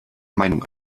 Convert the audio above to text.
meinung